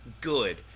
good